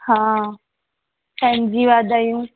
हा पंहिंजी वाधायूं